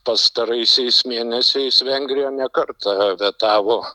pastaraisiais mėnesiais vengrija ne kartą vetavo